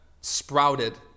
sprouted